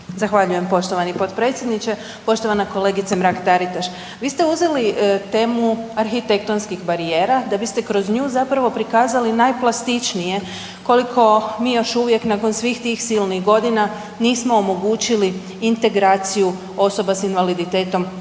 Zahvaljujem poštovani potpredsjedniče, poštovana kolegice Mrak-Taritaš. Vi st uzeli temu arhitektonskih barijera da biste kroz nju zapravo prikazali najplastičnije koliko mi još uvijek nakon svih tih silnih godina nismo omogućili integraciju osoba s invaliditetom